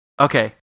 okay